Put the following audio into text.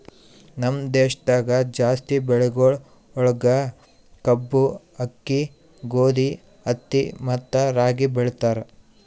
ನಮ್ ದೇಶದಾಗ್ ಜಾಸ್ತಿ ಬೆಳಿಗೊಳ್ ಒಳಗ್ ಕಬ್ಬು, ಆಕ್ಕಿ, ಗೋದಿ, ಹತ್ತಿ ಮತ್ತ ರಾಗಿ ಬೆಳಿತಾರ್